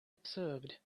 observed